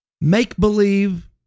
make-believe